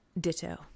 Ditto